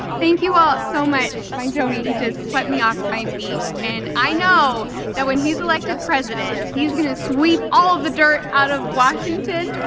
thank you all so much, my jonie, he just swept me off my feet. and i know that when he's elected president he's gonna sweep all the dirt out of washington,